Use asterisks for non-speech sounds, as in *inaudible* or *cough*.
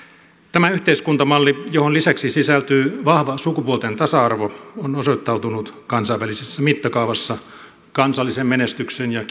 tämä yhteiskuntamalli johon lisäksi sisältyy vahva sukupuolten tasa arvo on osoittautunut kansainvälisessä mittakaavassa kansallisen menestyksen ja *unintelligible*